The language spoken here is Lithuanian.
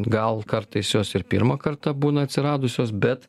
gal kartais jos ir pirmą kartą būna atsiradusios bet